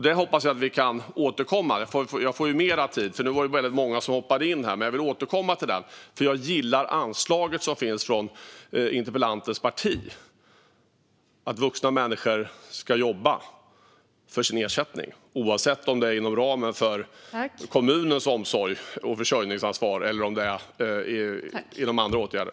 Det hoppas jag att vi kan återkomma till, för jag gillar anslaget som finns från interpellantens parti om att vuxna människor ska jobba för sin ersättning, oavsett om det är inom ramen för kommunens omsorg och försörjningsansvar eller om det är genom andra åtgärder.